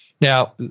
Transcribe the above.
Now